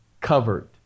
covered